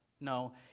No